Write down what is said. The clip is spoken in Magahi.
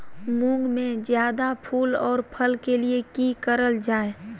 मुंग में जायदा फूल और फल के लिए की करल जाय?